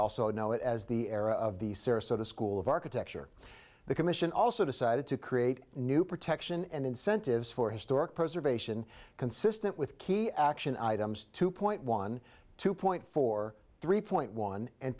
also know it as the era of the sarasota school of architecture the commission also decided to create new protection and incentives for historic preservation consistent with key action items two point one two point four three point one and